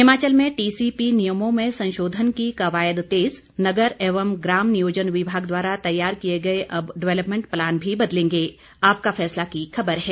हिमाचल में टीसीपी नियमों में संशोधन की कवायद तेज नगर एवं ग्राम नियोजन विभाग द्वारा तैयार किये गए अब डवेलपमेंट प्लान भी बदलेंगे आपका फैसला की खबर है